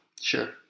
Sure